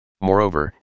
Moreover